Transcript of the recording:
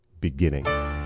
beginning